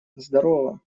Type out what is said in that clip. здорово